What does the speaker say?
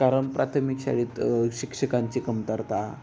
कारण प्राथमिक शाळेत शिक्षकांची कमतरता